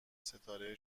ستاره